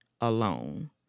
alone